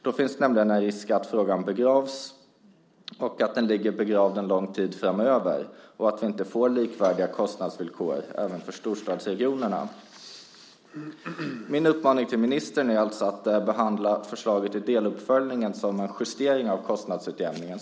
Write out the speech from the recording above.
Då finns det en risk att frågan begravs, att den ligger begravd en lång tid framöver och att vi inte får likvärdiga kostnadsvillkor även för storstadsregionerna. Min uppmaning till ministern är att behandla förslaget i deluppföljningen som en justering av kostnadsutjämningen.